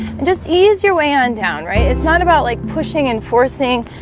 and just ease your way on down right it's not about like pushing and forcing